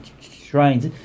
shrines